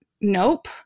nope